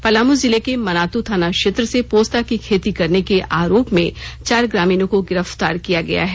पलामू जिले के मनातू थाना क्षेत्र से पोस्ता की खेती करने के आरोप में चार ग्रामीणों को गिरफ़तार किया गया है